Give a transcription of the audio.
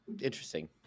Interesting